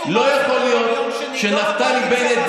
לא יכול להיות שנפתלי בנט,